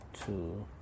two